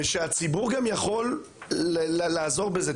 והציבור גם יכול לעזור בזה.